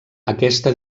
aquesta